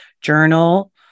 journal